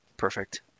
Perfect